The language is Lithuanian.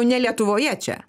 ne lietuvoje čia